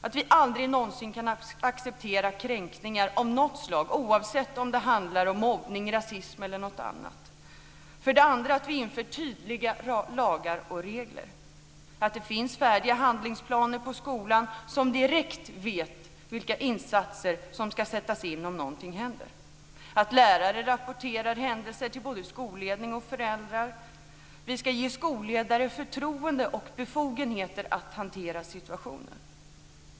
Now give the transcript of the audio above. Vi får aldrig någonsin acceptera kränkningar av något slag, oavsett om det handlar om mobbning, rasism eller något annat. För det andra måste vi införa tydliga lagar och regler. Det ska finnas färdiga handlingsplaner på skolan, så att man direkt vet vilka insatser som ska sättas in om någonting händer. Lärare rapporterar händelser till både skolledning och föräldrar. Vi ska ge skolledare förtroende och befogenheter att hantera situationen.